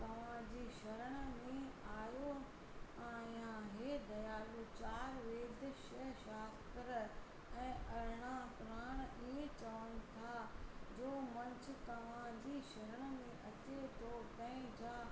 तव्हांजी शरण में आहियो आहियां हे दयालु चारि वेद श ऐं शास्त्र ऐं अरिड़हं पुराण ईअं चवनि था जो मनुष्य तव्हांजी शरण में अचे थो तंहिंजा